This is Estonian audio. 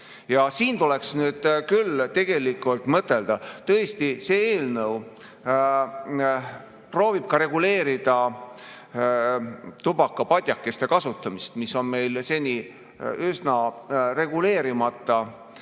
Ja siin tuleks nüüd küll tõsiselt mõtelda. Tõesti, see eelnõu proovib reguleerida ka tubakapadjakeste kasutamist, mis on meil seni üsna reguleerimata,